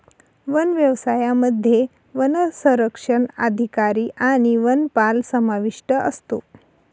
one व्यवसायामध्ये वनसंरक्षक अधिकारी आणि वनपाल समाविष्ट असतो